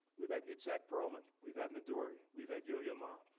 we've had itzhak perlman, we've had midori, we've had yo-yo ma.